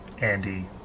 Andy